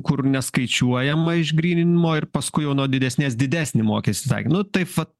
kur neskaičiuojama išgryninimo ir paskui jau nuo didesnės didesnį mokestį sakė nu taip vat